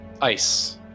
ice